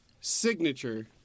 signature